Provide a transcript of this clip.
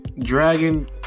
Dragon